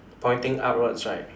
pointing upwards right